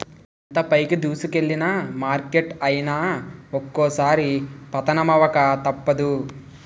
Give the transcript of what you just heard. ఎంత పైకి దూసుకెల్లిన మార్కెట్ అయినా ఒక్కోసారి పతనమవక తప్పదు